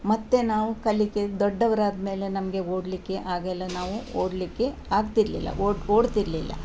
ಮತ್ತು ನಾವು ಕಲಿಕೆ ದೊಡ್ಡವರಾದ ಮೇಲೆ ನಮಗೆ ಓಡಲಿಕ್ಕೆ ಆಗೆಲ್ಲ ನಾವು ಓಡಲಿಕ್ಕೆ ಆಗ್ತಿರಲಿಲ್ಲ ಓಡಿ ಓಡ್ತಿರಲಿಲ್ಲ